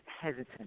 hesitant